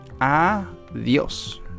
Adios